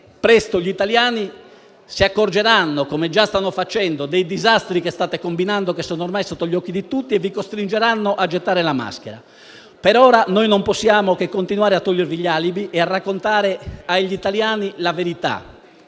Presto gli italiani si renderanno conto di ciò che avete fatto e dei disastri che state combinando, che sono ormai sotto gli occhi di tutti, e vi costringeranno a gettare la maschera. Per ora non possiamo che continuare a togliervi gli alibi e a raccontare agli italiani la verità.